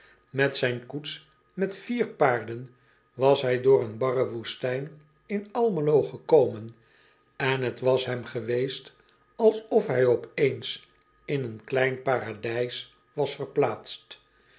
et zijn koets met vier paarden was hij door een barre woestijn in lmelo gekomen en t was hem geweest alsof hij op eens in een klein paradijs was verplaatst